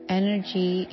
energy